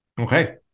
Okay